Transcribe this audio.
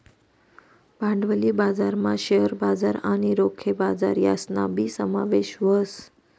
भांडवली बजारमा शेअर बजार आणि रोखे बजार यासनाबी समावेश व्हस